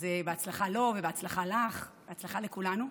אז בהצלחה לו ובהצלחה לך ובהצלחה לכולנו,